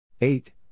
eight